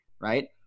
right